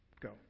Go